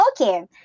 Okay